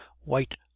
white